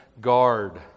guard